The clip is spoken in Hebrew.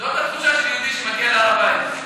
זו התחושה של יהודי שמגיע להר הבית.